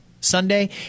Sunday